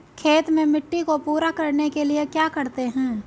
खेत में मिट्टी को पूरा करने के लिए क्या करते हैं?